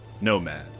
Nomad